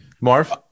Marv